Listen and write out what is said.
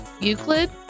Euclid